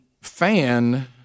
fan